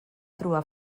trobar